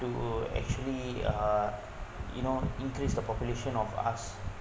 to actually uh you know increase the population of us